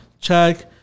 Check